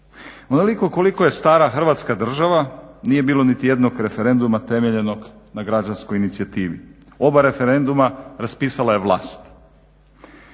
Onoliko koliko je stara Hrvatska država nije bilo niti jednog referenduma temeljenog na građanskoj inicijativi. Oba referenduma raspisala je vlast.